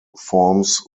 forms